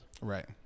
Right